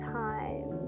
time